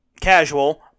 casual